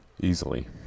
easily